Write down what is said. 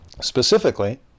specifically